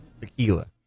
Tequila